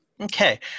Okay